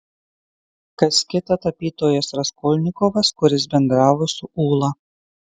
kas kita tapytojas raskolnikovas kuris bendravo su ūla